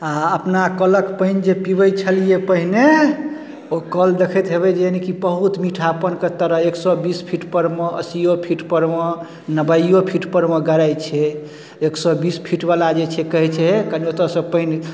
अहाँ अपना कलक पानि जे पीबै छलियै पहिने ओ कल देखैत हेबै जे बहुत मीठापनके तरह एक सए बीस फीटपर मे अस्सियो फीटपर मे नब्बेयो फीटपर मे गराइ छै एक सए बीस फीटवला जे छै कहे छै कनी ओतऽसँ पानि